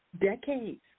decades